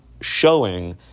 showing